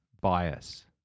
bias